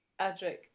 Adric